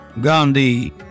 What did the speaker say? Gandhi